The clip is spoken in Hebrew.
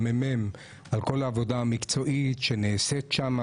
למ.מ.מ על כל העבודה המקצועית שנעשית שם